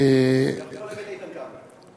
אתה יכול להגיד איתן כבל.